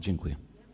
Dziękuję.